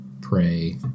pray